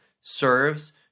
serves